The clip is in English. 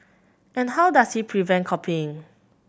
and how does he prevent copying